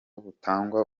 butangwa